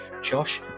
Josh